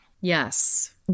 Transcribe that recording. Yes